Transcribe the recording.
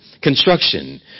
construction